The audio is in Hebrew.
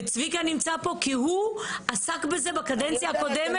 וצביקה נמצא פה, כי הוא עסק בזה בקדנציה קודמת.